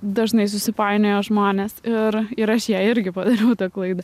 dažnai susipainioja žmonės ir aš jai irgi padariau tą klaidą